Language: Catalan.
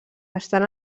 estan